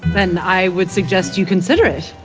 then i would suggest you consider it.